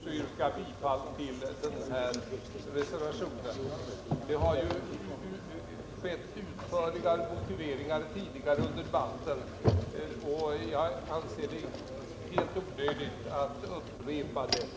Herr talman! I likhet med herr Wijkman kan jag nöja mig med att yrka bifall till denna reservation. Utförliga motiveringar har givits tidigare under debatten, och jag anser det helt onödigt att upprepa dem.